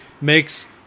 makes